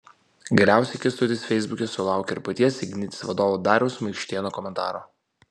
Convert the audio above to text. galiausiai kęstutis feisbuke sulaukė ir paties ignitis vadovo dariaus maikštėno komentaro